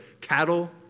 cattle